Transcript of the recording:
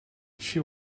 she